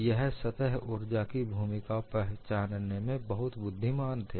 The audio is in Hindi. वह सतह ऊर्जा की भूमिका को पहचानने में बहुत बुद्धिमान थे